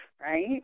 right